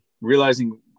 realizing